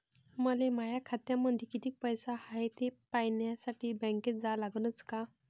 मले माया खात्यामंदी कितीक पैसा हाय थे पायन्यासाठी बँकेत जा लागनच का?